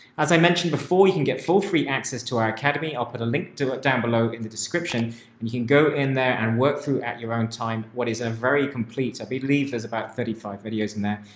as i mentioned before, you can get full free access to our academy. i'll put a link to it down below in the description and you can go in there and work through at your own time. what is a very complete, i believe there's about thirty five videos in there,